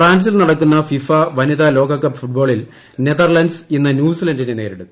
ഫ്രാൻസിൽ നടക്കുന്ന ഫിഫ വനിതാ ലോക കപ്പ് ഫുട്ബോളിൽ നെതർലൻഡ്സ് ഇന്ന് ന്യൂസിലന്റിനെ നേരിടും